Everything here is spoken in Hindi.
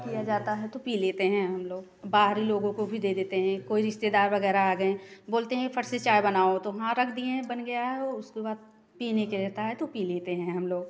किया जाता है तो पी लेते हैं हम लोग बाहरी लोगों को दे देते हैं कोई रिश्तेदार वगैरह आ गए हैं बोलते हैं फट से चाय बनाओ तो हाँ रख दिए बन गया है वह उसके बाद पीने के रहता है तो पी लेते हैं हम लोग